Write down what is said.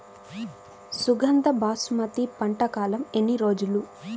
సుగంధ బాసుమతి పంట కాలం ఎన్ని రోజులు?